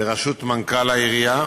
בראשות מנכ"ל העירייה,